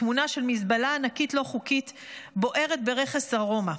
תמונה של מזבלה ענקית לא חוקית בוערת ברכס ארומה.